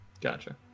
gotcha